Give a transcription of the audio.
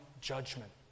judgment